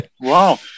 Wow